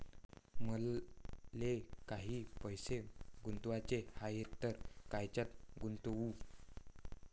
मले काही पैसे गुंतवाचे हाय तर कायच्यात गुंतवू?